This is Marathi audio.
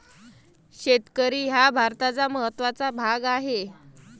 शेतकरी हा भारताचा महत्त्वाचा भाग आहे